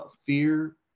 Fear